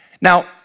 Now